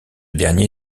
dernier